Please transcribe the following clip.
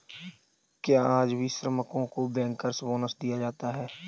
क्या आज भी श्रमिकों को बैंकर्स बोनस दिया जाता है?